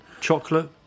Chocolate